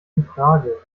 infrage